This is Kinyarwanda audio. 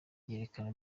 yerekana